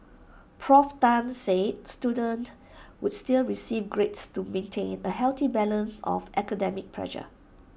Prof Tan said students would still receive grades to maintain A healthy balance of academic pressure